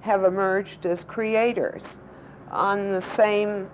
have emerged as creators on the same